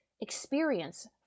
experience